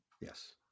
Yes